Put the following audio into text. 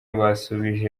basubije